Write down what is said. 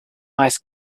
ice